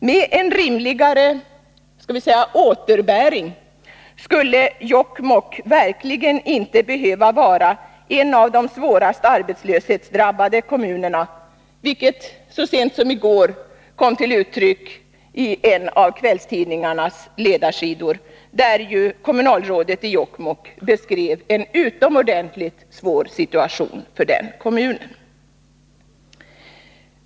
Med en rimligare ”återbäring” skulle Jokkmokk verkligen inte behöva vara en av de svårast arbetslöshetsdrabbade kommunerna, vilket så sent som i går kom till uttryck i en kvällstidnings ledarsida, där kommunalrådet i Jokkmokk beskrev den utomordentligt svåra situationen för kommunen.